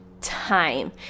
time